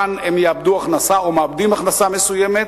כאן הם יאבדו הכנסה או מאבדים הכנסה מסוימת,